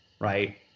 right